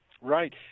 Right